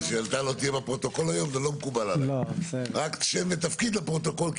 רק שם ותפקיד לפרוטוקול.